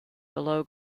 below